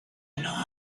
lalande